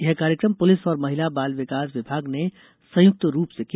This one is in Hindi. यह कार्यकम पुलिस और महिला बाल विकास विभाग ने संयुक्त रूप से किया